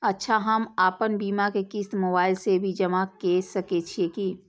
अच्छा हम आपन बीमा के क़िस्त मोबाइल से भी जमा के सकै छीयै की?